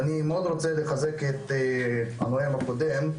אני מאוד רוצה לחזק את הנואם הקודם.